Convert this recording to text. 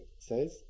says